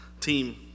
team